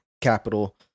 capital